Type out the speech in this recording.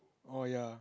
oh ya